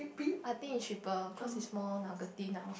I think it's cheaper cause it's more nugget ~ty now